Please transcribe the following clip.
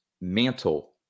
Mantle